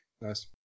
Nice